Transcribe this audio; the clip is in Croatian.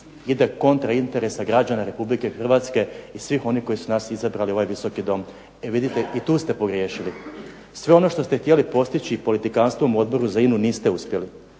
ide kontra interesa građana Republike Hrvatske i svih onih koji su nas izabrali u ovaj Visoki dom. Vidite, i tu ste pogriješili. Sve ono što ste htjeli postići politikantstvom u odboru za INA-u niste uspjeli.